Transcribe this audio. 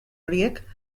horiek